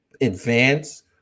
advance